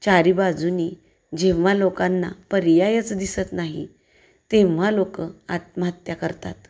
चारी बाजूंनी जेव्हा लोकांना पर्यायच दिसत नाही तेव्हा लोक आत्महत्या करतात